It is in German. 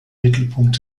mittelpunkt